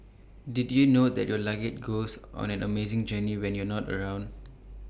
did you know that your luggage goes on an amazing journey when you're not around